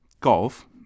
Golf